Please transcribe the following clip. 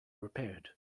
repaired